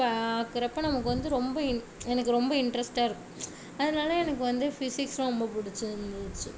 பார்க்கறப்ப நமக்கு வந்து ரொம்ப இன் எனக்கு ரொம்ப இன்ட்ரஸ்டாக இருக் அதனால் எனக்கு வந்து ஃபிசிக்ஸும் ரொம்ப பிடிச்சிருந்துச்சு